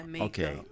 okay